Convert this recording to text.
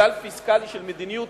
כלל פיסקלי של מדיניות